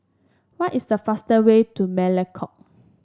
what is the fastest way to Melekeok